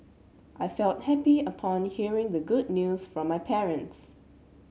I felt happy upon hearing the good news from my parents